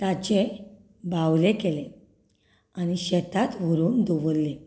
ताचे बावले केले आनी शेतांत व्हरून दवरले